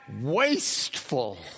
wasteful